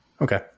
Okay